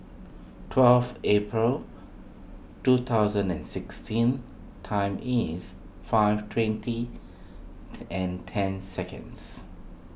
twelve April two thousand and sixteen time is five twenty and ten seconds